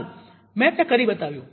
સારૂ મેં તે કરી બતાવ્યું